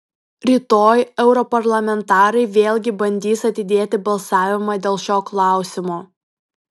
rytoj europarlamentarai vėlgi bandys atidėti balsavimą dėl šio klausimo